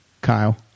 Kyle